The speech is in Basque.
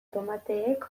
tomateek